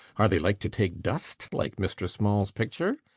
are they like to take dust, like mistress mall's picture?